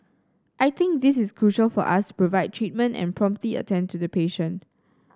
I think this is crucial for us to provide treatment and promptly attend to the patient